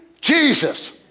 Jesus